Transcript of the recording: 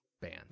band